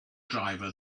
driver